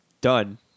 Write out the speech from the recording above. Done